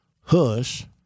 hush